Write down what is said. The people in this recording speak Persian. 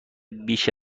بیش